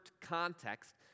context